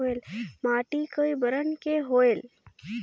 माटी कई बरन के होयल?